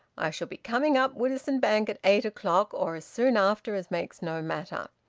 i shall be coming up woodisun bank at eight o'clock, or as soon after as makes no matter.